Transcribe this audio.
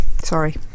sorry